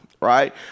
right